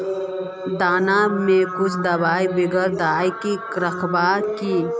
दाना में कुछ दबाई बेगरा दय के राखबे की?